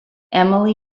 emily